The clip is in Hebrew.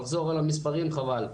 לחזור על המספרים חבל.